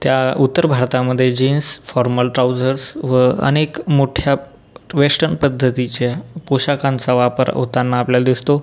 त्या उत्तर भारतामधे जीन्स फॉर्मल ट्राउझर्स व अनेक मोठ्या वेस्टन पद्धतीच्या पोशाखांचा वापर होताना आपल्याला दिसतो